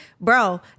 bro